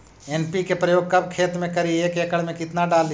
NPK प्रयोग कब खेत मे करि एक एकड़ मे कितना डाली?